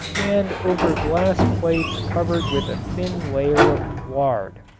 and over glass plates covered with a thin layer of lard.